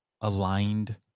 aligned